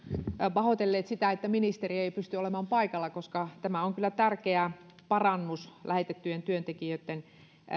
pahoitelleet sitä että ministeri ei pysty olemaan paikalla koska tämä on kyllä tärkeä parannus lähetettyjen työntekijöitten